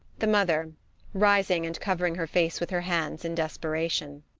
the mother rising and covering her face with her hands, in desperation.